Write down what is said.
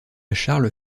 charles